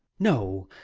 no.